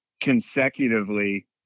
consecutively